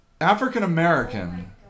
African-American